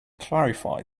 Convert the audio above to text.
clarify